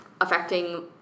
affecting